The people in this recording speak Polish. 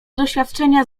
doświadczenia